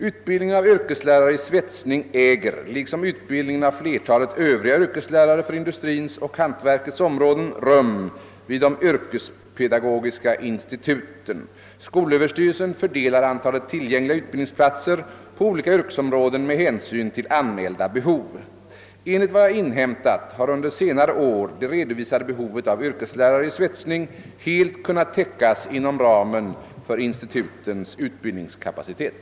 Utbildningen av yrkeslärare i svetsning äger, liksom utbildningen av flertalet övriga yrkeslärare för industrins och hantverkets områden, rum vid de yrkespedagogiska instituten. Skolöverstyrelsen fördelar antalet tillgängliga utbildningsplatser på olika yrkesområden med hänsyn till anmälda behov. Enligt vad jag inhämtat har under senare år det redovisade behovet av yrkeslärare i svetsning helt kunnat täckas inom ramen för institutens utbildningskapacitet.